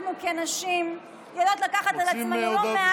אנחנו כנשים יודעות לקחת על עצמנו לא מעט